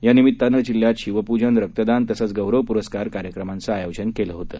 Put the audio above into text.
यानिमित्त जिल्ह्यात शिवपूजन रक्तदान तसंच गौरव पुरस्कार कार्यक्रमांचं आयोजन केलं होतं